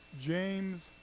James